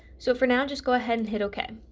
so for now just go ahead and hit ok